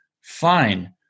fine